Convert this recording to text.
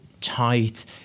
tight